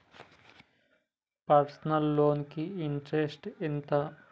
Personal loan కి interest ఎంత?